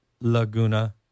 Laguna